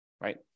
right